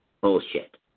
bullshit